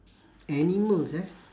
animals ah